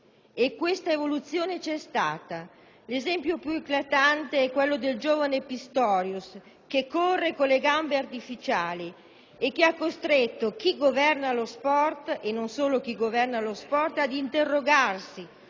e questa evoluzione c'è stata: l'esempio più eclatante è quello del giovane Pistorius, che corre con le gambe artificiali. Egli ha costretto chi governa lo sport, e non solo chi governa lo sport, ad interrogarsi